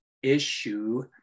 issue